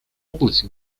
область